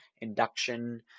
induction